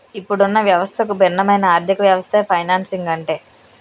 ఇప్పుడున్న వ్యవస్థకు భిన్నమైన ఆర్థికవ్యవస్థే ఫైనాన్సింగ్ అంటే